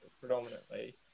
predominantly